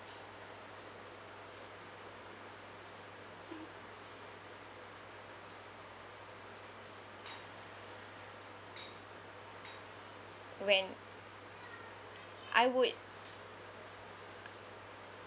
when I would